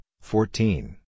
fourteen